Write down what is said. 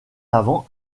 avant